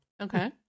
okay